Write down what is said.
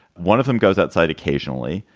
one of them goes outside occasionally.